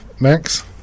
Max